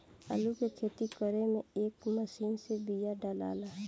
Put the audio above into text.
आलू के खेती करे में ए मशीन से बिया डालाला